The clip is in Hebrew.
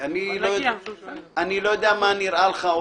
אני לא יודע מה נראה לך.